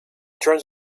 turns